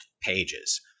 pages